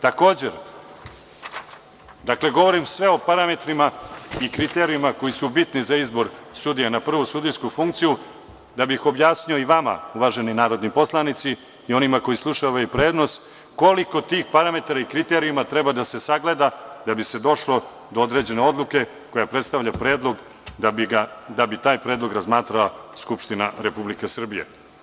Dakle, govorim sve o parametrima i kriterijumima koji su bitni za izbor sudija na prvu sudijsku funkciju, da bi ih objasnio i vama uvaženi narodni poslanici i onima koji slušaju ovaj prenos koliko tih parametarnih kriterijuma treba da ima da se sagleda da bi se došlo do određene odluke koja predstavlja predlog da bi taj predlog razmatrala Skupština Republike Srbije.